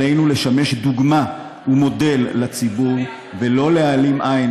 עלינו לשמש דוגמה ומודל לציבור ולא להעלים עין